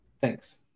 Thanks